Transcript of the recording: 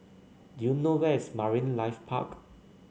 do you know where is Marine Life Park